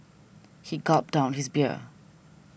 he gulped down his beer